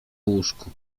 łóżku